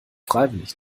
freiwillig